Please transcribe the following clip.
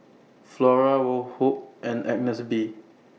Flora Woh Hup and Agnes B